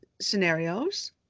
scenarios